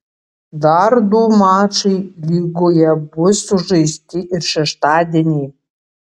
dar du mačai lygoje bus sužaisti ir šeštadienį